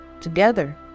Together